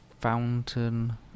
fountain